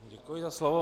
Děkuji za slovo.